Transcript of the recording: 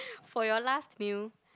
for your last meal